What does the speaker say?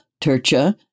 Turcha